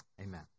Amen